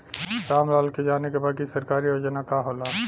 राम लाल के जाने के बा की सरकारी योजना का होला?